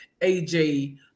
aj